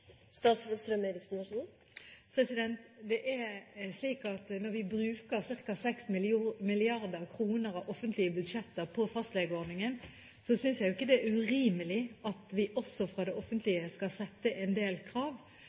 Når vi bruker ca. 6 mrd. kr av offentlige budsjetter på fastlegeordningen, synes jeg ikke det er urimelig at vi også fra det offentlige stiller en del krav